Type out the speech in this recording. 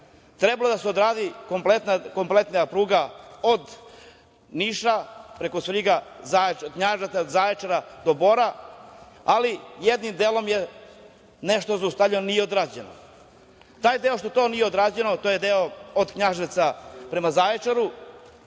Trebalo je da se uradi kompletna pruga od Niša, preko Svrljiga, Knjaževca, Zaječara, do Bora, ali jednim delom je nešto zaustavljeno, nije odrađeno. Taj deo, to što nije odrađeno, to je deo od Knjaževca prema Zaječaru.